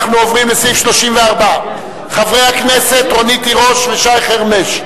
אנחנו עוברים לסעיף 34. חברי הכנסת רונית תירוש ושי חרמש,